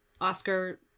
Oscar